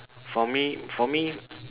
for me for me